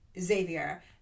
Xavier